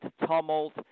tumult